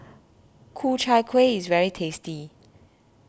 Ku Chai Kuih is very tasty